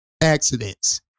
accidents